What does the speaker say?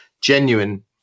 genuine